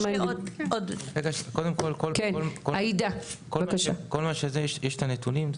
על כל זה יש נתונים.